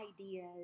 ideas